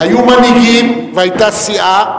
היו מנהיגים והיתה סיעה,